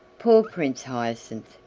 poor prince hyacinth!